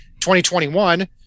2021